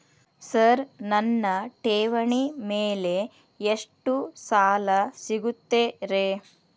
Sir ನನ್ನ ಠೇವಣಿ ಮೇಲೆ ಎಷ್ಟು ಸಾಲ ಸಿಗುತ್ತೆ ರೇ?